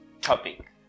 topic